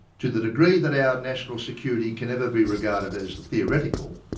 to the degree that our national security can ever be regarded as theoretical,